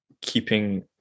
keeping